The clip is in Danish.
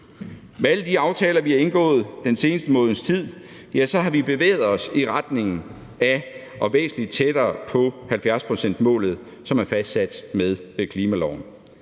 Med alle de aftaler, vi har indgået den seneste måneds tid, har vi bevæget os i retning af og væsentlig tættere på 70-procentsmålet, som er fastsat med klimaloven.